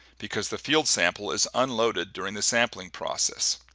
because the field sample is unloaded during the sampling process